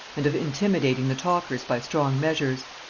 and of intimidating the talkers by strong measures.